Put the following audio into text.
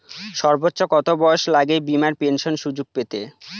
সর্বোচ্চ কত বয়স লাগে বীমার পেনশন সুযোগ পেতে?